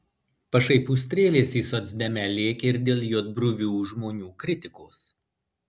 pašaipų strėlės į socdemę lėkė ir dėl juodbruvių žmonių kritikos